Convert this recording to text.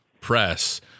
press